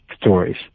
stories